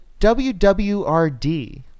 WWRD